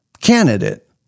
candidate